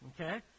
Okay